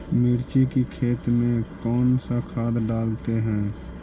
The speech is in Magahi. मिर्ची के खेत में कौन सा खाद डालते हैं?